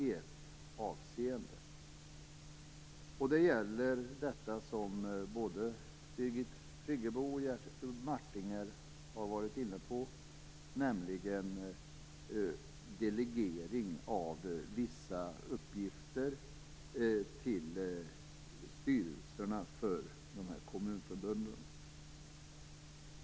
Ett undantag är en punkt som både Birgit Friggebo och Jerry Martinger har varit inne på, nämligen delegering av vissa uppgifter till styrelserna för kommunförbunden.